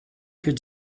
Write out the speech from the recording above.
could